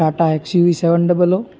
Tata XUV seven double O